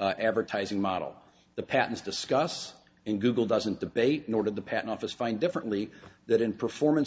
advertising model the patents discuss and google doesn't debate nor did the patent office find differently that in performance